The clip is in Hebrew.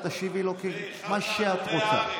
תשיבי לו מה שאת רוצה.